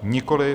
Nikoliv.